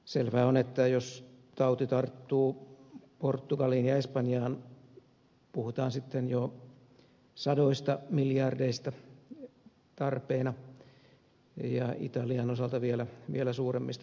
selvää on että jos tauti tarttuu portugaliin ja espanjaan puhutaan sitten jo sadoista miljardeista tarpeena ja italian osalta vielä suuremmista summista